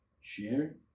share